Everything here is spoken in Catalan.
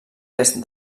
est